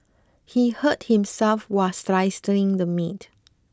he hurt himself while slicing the meat